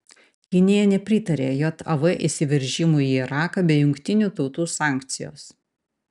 kinija nepritarė jav įsiveržimui į iraką be jungtinių tautų sankcijos